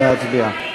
נא להצביע.